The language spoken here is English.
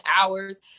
hours